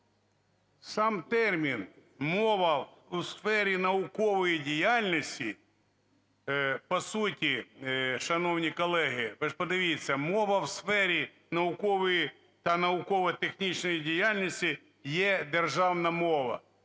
Сам термін "мова у сфері наукової діяльності" по суті… Шановні колеги, ви ж подивіться: "Мова у сфері наукової та науково-технічної діяльності є державна мова".